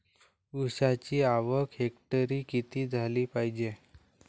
ऊसाची आवक हेक्टरी किती झाली पायजे?